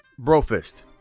Brofist